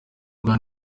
rya